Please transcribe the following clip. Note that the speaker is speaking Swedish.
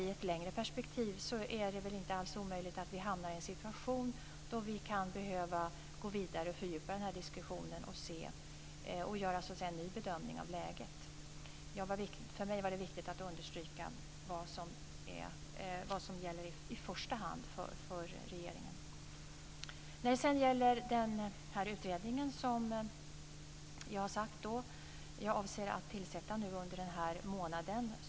I ett längre perspektiv är det inte omöjligt att vi hamnar i en situation då vi kan behöva gå vidare och fördjupa diskussionen och göra en ny bedömning av läget. För mig var det viktigt att understryka vad som gäller i första hand för regeringen. Jag avser att tillsätta utredningen denna månad.